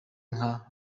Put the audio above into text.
nka